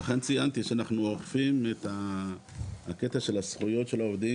לכן ציינתי שאנחנו אוכפים את הקטע של זכויות העובדים,